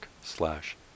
slash